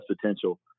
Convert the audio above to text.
potential